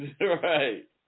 Right